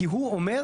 כי הוא אומר,